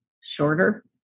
shorter